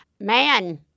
man